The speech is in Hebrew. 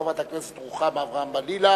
חברת הכנסת רוחמה אברהם-בלילא.